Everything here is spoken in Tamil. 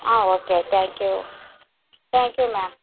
ah okay thank you thank you ma'am